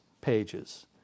pages